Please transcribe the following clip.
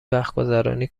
وقتگذرانی